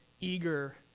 eager